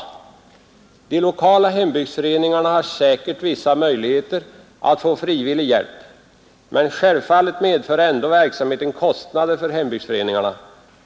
De lokala hembygdsföreningarna har säkert vissa möjligheter att få frivillig hjälp, men självfallet medför ändå verksamheten kostnader för hembygdsföreningarna.